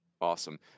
Awesome